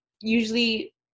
usually